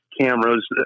cameras